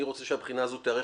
אני רוצה שהבחינה הזאת תיערך.